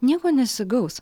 nieko nesigaus